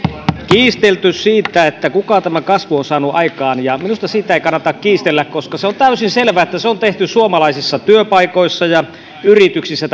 kiistelty siitä kuka tämän kasvun on saanut aikaan ja minusta siitä ei kannata kiistellä koska se on täysin selvää että tämä kasvu on tehty suomalaisissa työpaikoissa ja yrityksissä